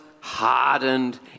hardened